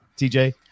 TJ